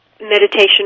meditation